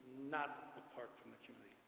not apart from the community.